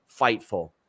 fightful